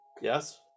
yes